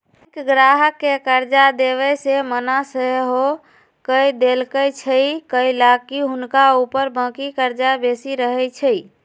bank गाहक के कर्जा देबऐ से मना सएहो कऽ देएय छइ कएलाकि हुनका ऊपर बाकी कर्जा बेशी रहै छइ